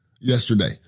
yesterday